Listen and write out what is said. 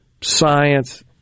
science